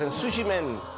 ah sushi man.